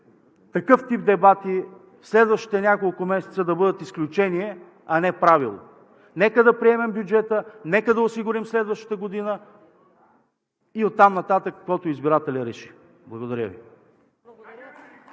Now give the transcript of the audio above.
такъв тип дебати в следващите няколко месеца да бъдат изключение, а не правило. Нека да приемем бюджета, нека да осигурим следващата година и оттам нататък каквото избирателят реши. Благодаря Ви.